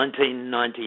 1998